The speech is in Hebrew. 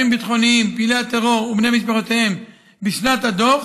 ביטחוניים ולפעילי טרור ובני משפחותיהם בשנת הדוח